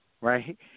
right